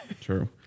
True